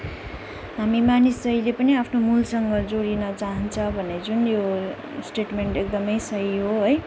हामी मानिस जहिले पनि आफ्नो मूलसँग जोडिन चाहन्छ भन्ने जुन यो स्टेटमेन एकदमै सही हो है